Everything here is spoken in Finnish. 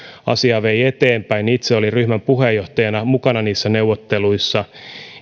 asiaa vei eteenpäin itse olin ryhmän puheenjohtajana mukana niissä neuvotteluissa